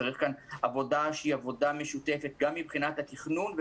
צריך כאן עבודה שהיא עבודה משותפת גם מבחינת התכנון.